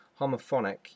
homophonic